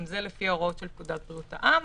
גם זה לפי הוראות פקודת בריאות העם,